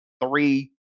three